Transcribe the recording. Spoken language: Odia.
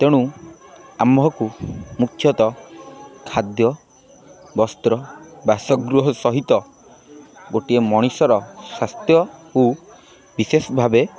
ତେଣୁ ଆମ୍ଭକୁ ମୁଖ୍ୟତଃ ଖାଦ୍ୟ ବସ୍ତ୍ର ବାସଗୃହ ସହିତ ଗୋଟିଏ ମଣିଷର ସ୍ୱାସ୍ଥ୍ୟକୁ ବିଶେଷ ଭାବେ